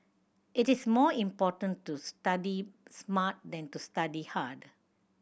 it is more important to study smart than to study hard